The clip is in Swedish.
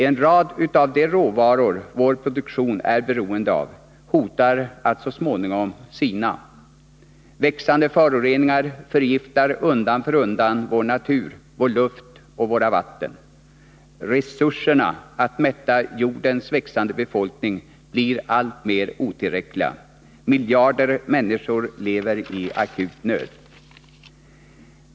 En rad av de råvaror vår produktion är beroende av hotar att så småningom sina. Växande föroreningar förgiftar undan för undan vår natur, vår luft och våra vatten. Resurserna att mätta jordens växande befolkning blir alltmer otillräckliga. Miljarder människor lever i akut nöd.